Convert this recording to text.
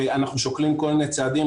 אנחנו שוקלים כל מיני צעדים,